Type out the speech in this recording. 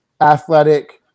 athletic